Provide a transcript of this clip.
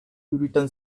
written